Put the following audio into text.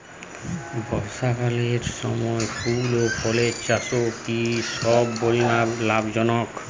বর্ষাকালের সময় ফুল ও ফলের চাষও কি সমপরিমাণ লাভজনক?